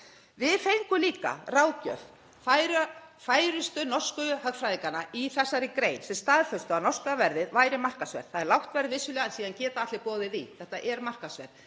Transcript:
Við fengum líka ráðgjöf færustu norsku hagfræðinganna í þessari grein sem staðfestu að norska verðið væri markaðsverð. Það er lágt verð, vissulega, en síðan geta allir boðið í. Þetta er markaðsverð.